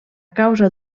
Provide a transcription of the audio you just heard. causa